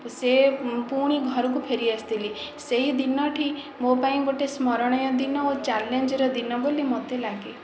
ସେ ପୁଣି ଘରକୁ ଫେରି ଆସିଥିଲି ସେହିଦିନ ଠି ମୋ ପାଇଁ ଗୋଟିଏ ସ୍ମରଣୀୟ ଦିନ ଓ ଚ୍ୟାଲେଞ୍ଜର ଦିନ ବୋଲି ମୋତେ ଲାଗେ